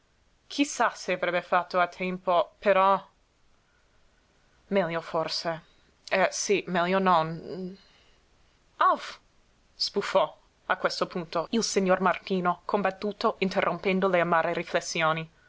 sa se avrebbe fatto a tempo però meglio forse eh sí meglio non auff sbuffò a questo punto il signor martino combattuto interrompendo le amare riflessioni